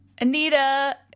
Anita